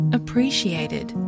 appreciated